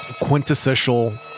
quintessential